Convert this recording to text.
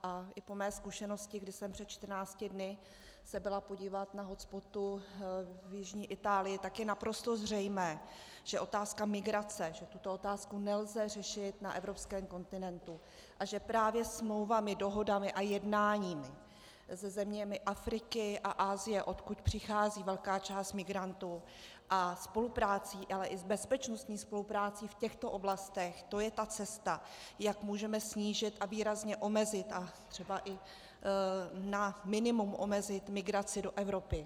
A i po mé zkušenosti, kdy jsem se před čtrnácti dny byla podívat na hotspotu v jižní Itálii, tak je naprosto zřejmé, že otázka migrace, že tuto otázku nelze řešit na evropském kontinentu a že právě smlouvami, dohodami a jednáními se zeměmi Afriky a Asie, odkud přichází velká část migrantů, a spoluprací, ale i s bezpečnostní spolupráci v těchto oblastech, to je ta cesta, jak můžeme snížit a výrazně omezit a třeba i na minimum omezit migraci do Evropy.